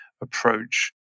approach